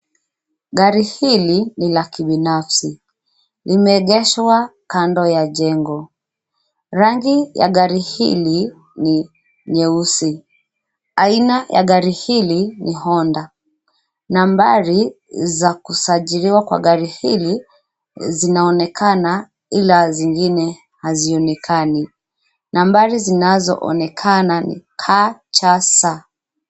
Gari hili ni la kibinafsi. Limeegeshwa kando ya jengo. Rangi ya gari hili ni nyeusi. Aina ya gari hili ni Honda Nambari za kusajiliwa kwa gari hili, zinaonekana ila zingine hazionekani. Nambari zinazoonekana ni KCS .